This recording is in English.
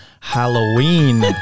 Halloween